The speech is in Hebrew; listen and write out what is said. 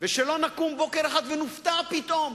שלא נקום בוקר אחד ונופתע פתאום,